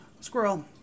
Squirrel